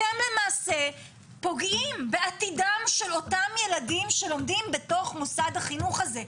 אתם למעשה פוגעים בעתידם של אותם ילדים שלומדים בתוך מוסד חינוך הזה.